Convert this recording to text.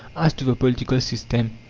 as to the political system,